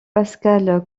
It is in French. pascal